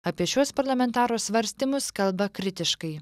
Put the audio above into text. apie šiuos parlamentaro svarstymus kalba kritiškai